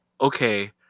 okay